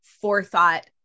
forethought